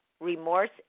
remorse